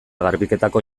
garbiketako